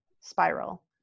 spiral